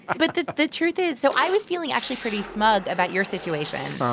but the the truth is so i was feeling actually pretty smug about your situation